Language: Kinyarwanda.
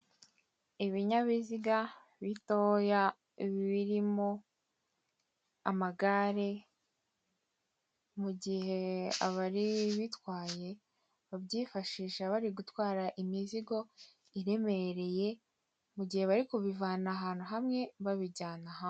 Ibinyabiziga bitoya birimo amagare, mu gihe abari bitwaye babyifashisha bari gutwara imizigo iremereye mu gihe bari kubivana ahantu hamwe babijyana hamwe ahandi.